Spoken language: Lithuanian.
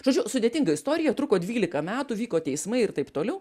žodžiu sudėtinga istorija truko dvylika metų vyko teismai ir taip toliau